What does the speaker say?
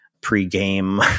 Pre-game